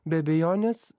be abejonės